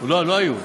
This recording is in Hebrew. לא, לא היו.